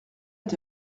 est